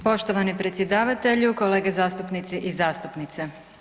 Poštovani predsjedavatelju, kolege zastupnici i zastupnice.